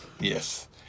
Yes